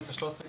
12 ו-13.